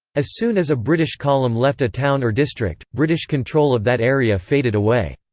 as soon as a british column left a town or district, british control of that area faded away.